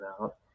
out